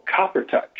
Coppertouch